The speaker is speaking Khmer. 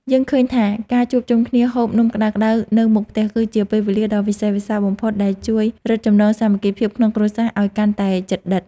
យើងឃើញថាការជួបជុំគ្នាហូបនំក្តៅៗនៅមុខផ្ទះគឺជាពេលវេលាដ៏វិសេសវិសាលបំផុតដែលជួយរឹតចំណងសាមគ្គីភាពក្នុងគ្រួសារឱ្យកាន់តែជិតដិត។